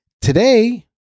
Today